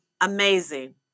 Amazing